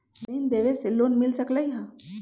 जमीन देवे से लोन मिल सकलइ ह?